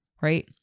right